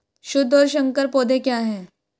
शुद्ध और संकर पौधे क्या हैं?